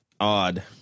odd